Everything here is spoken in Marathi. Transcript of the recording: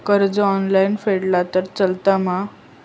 कर्ज ऑनलाइन फेडला तरी चलता मा?